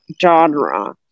genre